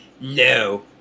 no